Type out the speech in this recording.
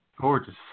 Gorgeous